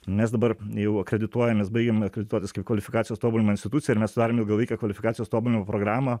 mes dabar jau akredituojamės baigiam akredituotis kai kvalifikacijos tobulino institucija ir mes sudarėm ilgalaikę kvalifikacijos tobulinimo programą